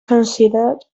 considered